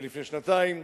ולפני שנתיים,